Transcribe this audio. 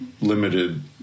limited